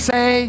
Say